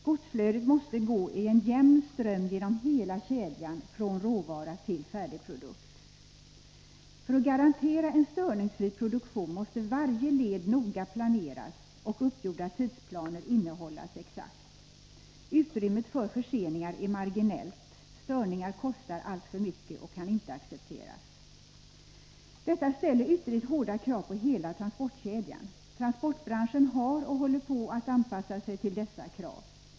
Godsflödet måste gå i en jämn ström genom hela kedjan från råvara till färdig produkt. För att garantera en störningsfri produktion måste varje led noga planeras och uppgjorda tidsplaner innehållas exakt. Utrymmet för förseningar är marginellt. Störningar kostar alltför mycket och kan inte accepteras. Detta ställer hårda krav på hela transportkedjan. Transportbranschen har hållit på och håller på att anpassa sig till dessa krav.